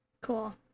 Cool